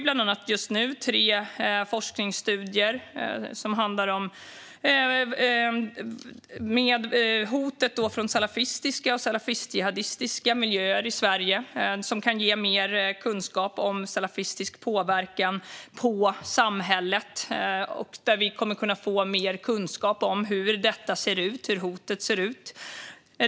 Bland annat pågår just nu tre forskningsstudier som handlar om hotet från salafistiska och salafist-jihadistiska miljöer i Sverige, som kan ge mer kunskap om salafistisk påverkan på samhället. Där kommer vi att kunna få mer kunskap om hur hotet ser ut.